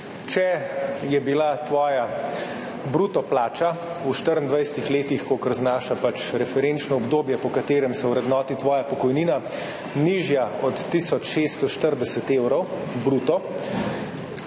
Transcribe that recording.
Če je bila tvoja bruto plača v 24 letih, kolikor pač znaša referenčno obdobje, po katerem se vrednoti tvoja pokojnina, nižja od 1640 evrov bruto,